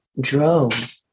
drove